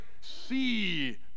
see